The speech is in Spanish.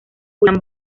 julián